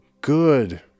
good